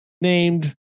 Named